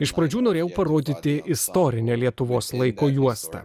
iš pradžių norėjau parodyti istorinę lietuvos laiko juostą